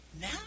Now